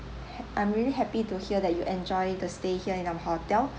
ha~ I am really happy to hear that you enjoy the stay here in our hotel